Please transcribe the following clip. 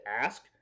ask